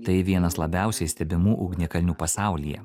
tai vienas labiausiai stebimų ugnikalnių pasaulyje